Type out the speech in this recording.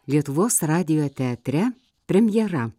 lietuvos radijo teatre premjera